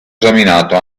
esaminato